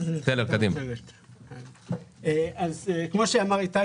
כמו שאמר איתי,